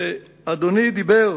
אדוני דיבר